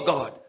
God